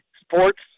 Sports